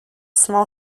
small